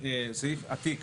זה סעיף עתיק